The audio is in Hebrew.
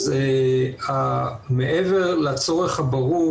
אז מעבר לצורך הברור,